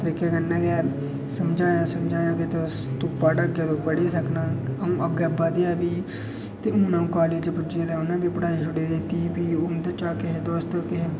तरीके कन्नै गै समझाया समझाया कि तोह् तूं पढ़ अग्गें तू पढ़ी सकना अ'ऊं अग्गें बधेआ बी ते हून अ'ऊं कालेज पुज्जी गेदा ते पढ़ाई कीती ते उं'दे शा किश दोस्त ते